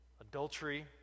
adultery